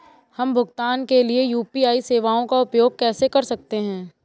हम भुगतान के लिए यू.पी.आई सेवाओं का उपयोग कैसे कर सकते हैं?